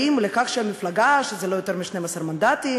לכך: שזו מפלגה של לא יותר מ-12 מנדטים,